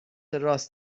راست